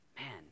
man